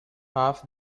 half